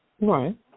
Right